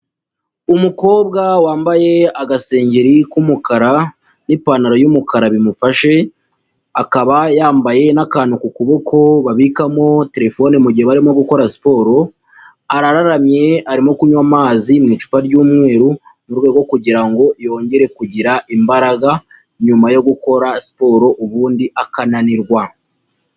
Umukobwa wambaye agasengeri k'umukara n'ipantaro yumukara bimufashe, akaba yambaye n'akantu ku kuboko babikamo terefone mugihe barimo gukora siporo, arararamye arimo kunywa amazi mu icupa ry'umweru mu rwego kugira ngo yongere kugira imbaraga nyuma yo gukora siporo ubundi akananirwa.